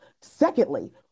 Secondly